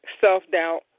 self-doubt